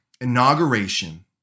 inauguration